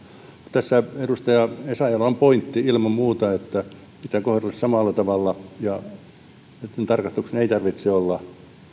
tässä edustaja essayahilla on pointti ilman muuta että pitää kohdella samalla tavalla ja tarkastuksen ei todellakaan tarvitse olla välttämättä